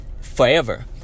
forever